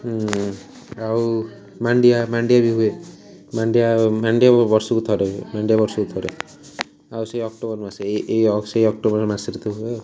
ଆଉ ମାଣ୍ଡିଆ ମାଣ୍ଡିଆ ବି ହୁଏ ମାଣ୍ଡିଆ ମାଣ୍ଡିଆ ବର୍ଷକୁ ଥରେ ହୁଏ ମାଣ୍ଡିଆ ବର୍ଷକୁ ଥରେ ଆଉ ସେଇ ଅକ୍ଟୋବର ମାସେ ଏଇ ଏଇ ସେଇ ଅକ୍ଟୋବର ମାସରେ ତ ହୁଏ ଆଉ